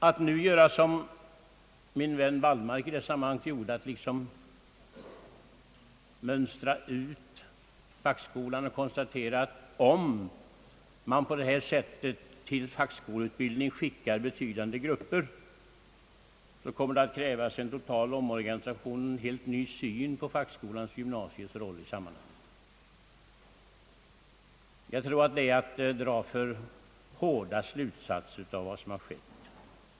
Att nu göra som min vän herr Wallmark i detta sammanhang gjorde, att liksom mönstra ut fackskolan och konstatera att om man på detta sätt till fackskoleutbildning skickar betydande grupper så kommer det att krävas en total omorganisation och en helt ny syn på fackskolans och gymnasiets roll i sammanhanget, det är enligt min uppfattning att dra för hårda slutsatser av vad som har skett.